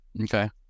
Okay